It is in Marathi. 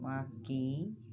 वाकी